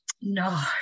no